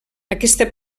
aquesta